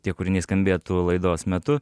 tie kūriniai skambėtų laidos metu